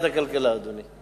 הכלכלה, אדוני.